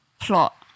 plot